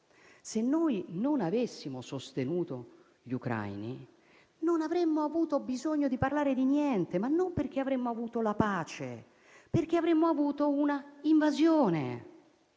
Se non avessimo sostenuto gli ucraini, non avremmo avuto bisogno di parlare di niente, ma non perché avremmo avuto la pace, bensì perché avremmo avuto un'invasione.